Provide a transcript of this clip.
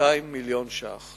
200 מיליון ש"ח,